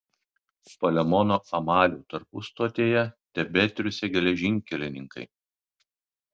palemono amalių tarpustotėje tebetriūsė geležinkelininkai